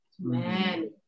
man